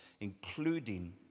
including